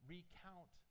Recount